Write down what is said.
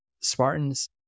Spartans